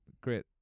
great